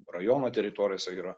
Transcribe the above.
rajono teritorijose yra